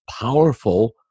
powerful